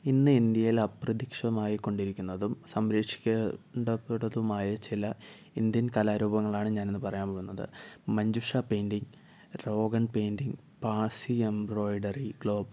ഇന്ന് ഇന്ത്യയിൽ അപ്രത്യക്ഷമായിക്കൊണ്ടിരിക്കുന്നതും സംരക്ഷിക്കേണ്ട പെടേണ്ടതുമായ ചില ഇന്ത്യൻ കലാരൂപങ്ങളാണ് ഞാനിന്ന് പറയാൻ പോകുന്നത് Manjusha painting Rogan painting Parsi embroidery ഗ്ലോപ്പ്